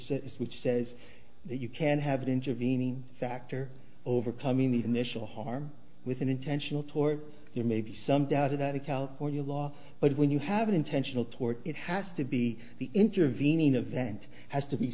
says which says that you can have an intervening factor overcoming the initial harm with an intentional toward your maybe some doubt about a california law but when you have an intentional tort it has to be the intervening event has to be